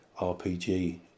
RPG